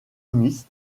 mitz